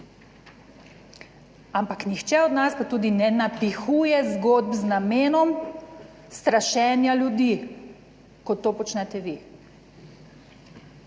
Ampak nihče od nas pa tudi ne napihuje zgodb z namenom strašenja ljudi, kot to počnete vi.